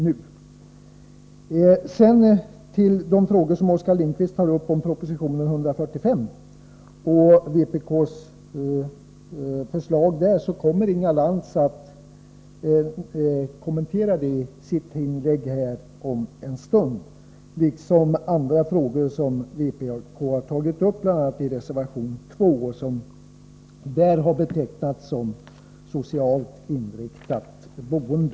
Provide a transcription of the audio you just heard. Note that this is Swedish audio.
Vad beträffar de frågor om vpk:s förslag i anslutning till propositionen 145 som Oskar Lindkvist tog upp vill jag säga att Inga Lantz i sitt inlägg om en stund kommer att kommentera dem liksom andra frågor som vpk har tagit upp bl.a. i reservation 2 och som där har rubricerats Socialt inriktat boende.